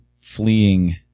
fleeing